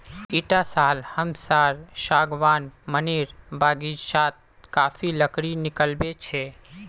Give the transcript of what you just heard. इटा साल हमसार सागवान मनेर बगीचात काफी लकड़ी निकलिबे छे